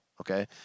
Okay